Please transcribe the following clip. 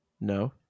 no